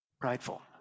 prideful